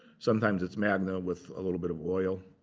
sometimes it's magna with a little bit of oil.